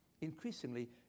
increasingly